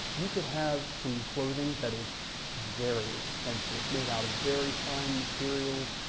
you could have some clothing that is very expensive made out of very fine materials,